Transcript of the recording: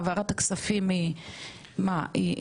העברת הכספים היא מסודרת?